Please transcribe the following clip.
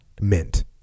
mint